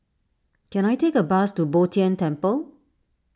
can I take a bus to Bo Tien Temple